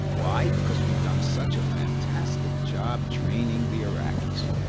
why? because we've done such a fantastic job training the iraqis